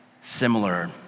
similar